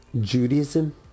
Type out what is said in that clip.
Judaism